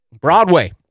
Broadway